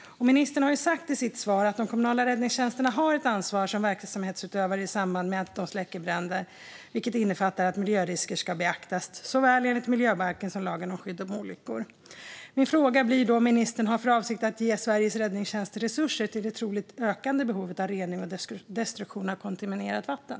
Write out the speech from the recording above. Ministern har sagt i sitt svar att de kommunala räddningstjänsterna har ett ansvar som verksamhetsutövare i samband med att de släcker bränder, vilket innefattar att miljörisker ska beaktas enligt såväl miljöbalken som lagen om skydd mot olyckor. Min fråga blir därför om ministern har för avsikt att ge Sveriges räddningstjänster resurser till det troligen ökade behovet av rening och destruktion av kontaminerat vatten.